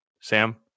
Sam